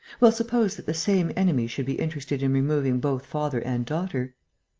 well, suppose that the same enemy should be interested in removing both father and daughter.